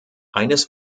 eines